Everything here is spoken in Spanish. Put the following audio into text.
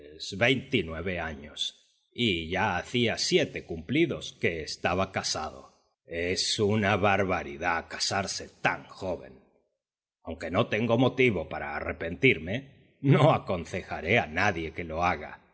veintinueve años y ya hacía siete cumplidos que estaba casado es una barbaridad casarse tan joven aunque no tengo motivo para arrepentirme no aconsejaré a nadie que lo haga